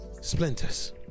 splinters